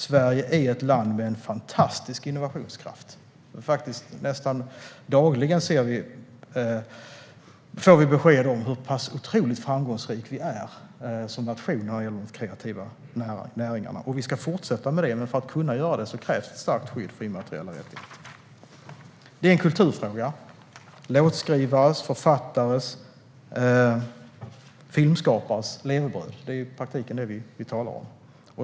Sverige är ett land med en fantastisk innovationskraft. Nästan dagligen får vi besked om hur otroligt framgångsrika vi är som nation när det gäller de kreativa näringarna. Och vi ska fortsätta med det. Men för att kunna göra det krävs det ett starkt skydd för immateriella rättigheter. Det är en kulturfråga. Det är i praktiken låtskrivares, författares och filmskapares levebröd vi talar om.